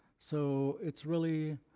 so it's really